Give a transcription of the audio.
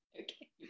Okay